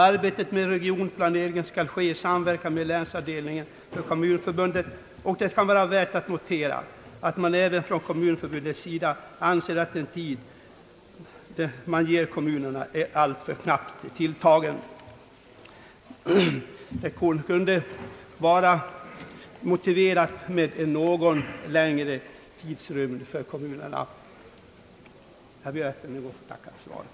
Arbetet med regionplaneringen skall ske i samverkan med länsavdelningarna för kommunförbundet, och det kan vara värt att notera att man även från kommunförbundets sida anser att den tid som man ger kommunerna är alltför knappt tilltagen. Det kunde vara motiverat med en något längre tidsrymd för kommunernas del. Jag ber att ännu en gång få tacka för svaret.